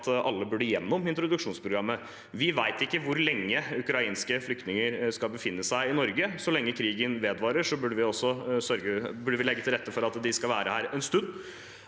at alle burde gjennom introduksjonsprogrammet. Vi vet ikke hvor lenge ukrainske flyktninger skal befinne seg i Norge. Så lenge krigen vedvarer, burde vi legge til rette for at de skal være her en stund.